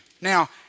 Now